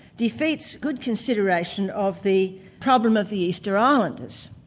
defeats good consideration of the problem of the easter islanders.